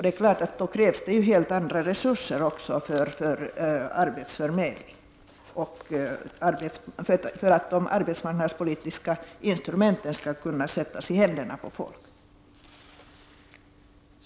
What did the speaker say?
Det är klart att arbetsförmedlingen då kräver helt andra resurser för att de arbetsmarknadspolitiska instrumenten skall kunna sättas i händerna på folk.